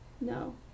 No